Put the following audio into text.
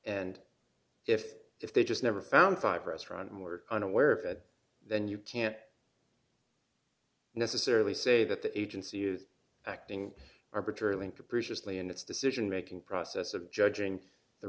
and if if they just never found five restaurant more unaware of it then you can't necessarily say that the agency is acting arbitrarily and capriciously in its decision making process of judging the